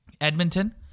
Edmonton